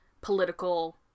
political